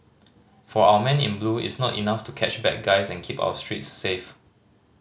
for our men in blue it's not enough to catch bad guys and keep our streets safe